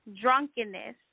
drunkenness